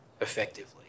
effectively